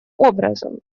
образом